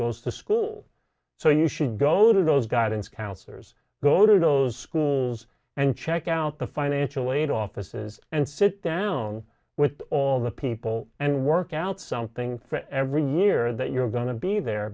goes to school so you should go to those guidance counselors go to those schools and check out the financial aid offices and sit down with all the people and work out something every year that you're going to be there